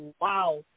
wow